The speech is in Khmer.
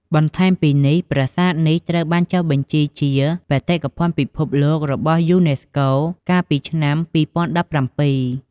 បន្ថែមពីនេះ ប្រាសាទនេះត្រូវបានចុះបញ្ជីជា បេតិកភណ្ឌពិភពលោករបស់យូណេស្កូ កាលពីឆ្នាំ ២០១៧។